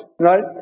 right